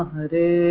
Hare